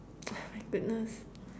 my goodness